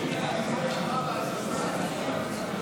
הארכת תוקף),